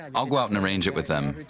i'll go out and arrange it with them.